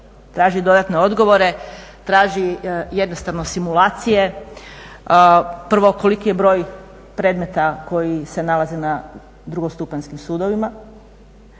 traži još dodatne odgovore, taži jednostavno simulacije. Prvo koliki je broj predmeta koji se nalaze na drugostupanjskim sudovima,